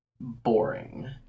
boring